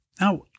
Now